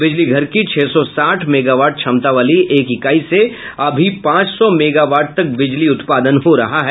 बिजली घर की छह सौ साठ मेगावाट क्षमता वाली एक इकाई से अभी पांच सौ मेगावाट तक बिजली उत्पादन हो रहा है